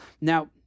Now